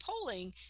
polling